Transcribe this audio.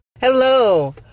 Hello